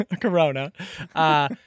corona